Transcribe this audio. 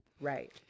Right